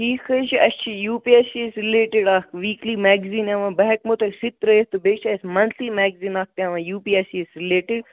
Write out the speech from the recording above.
ٹھیٖک حظ چھُ اَسہِ چھُ U P S C S related اکھ ویٖکلی میگزیٖن یِوان بہٕ ہیٚکہو تۄہہِ سُہ تہِ ترٛٲوِتھ تہٕ بیٚیہِ چھِ اَسہِ مَنتھلی میگزیٖن اکھ پیٚوان U P S C S related